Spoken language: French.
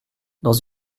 dans